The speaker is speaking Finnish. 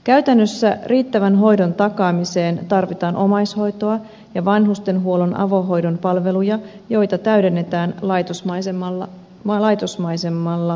käytännössä riittävän hoidon takaamiseen tarvitaan omaishoitoa ja vanhustenhuollon avohoidon palveluja joita täydennetään laitosmaisemmalla hoidolla